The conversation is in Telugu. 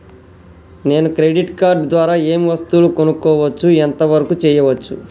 నేను క్రెడిట్ కార్డ్ ద్వారా ఏం వస్తువులు కొనుక్కోవచ్చు ఎంత వరకు చేయవచ్చు?